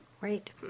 Right